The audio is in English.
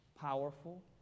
powerful